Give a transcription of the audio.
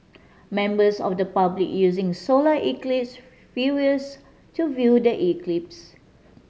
members of the public using solar eclipse viewers to view the eclipse